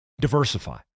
Diversify